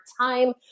time